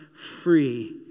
free